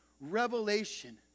Revelation